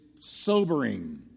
sobering